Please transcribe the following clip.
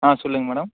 ஆ சொல்லுங்க மேடம்